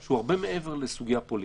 שהוא הרבה מעבר לסוגיה פוליטית.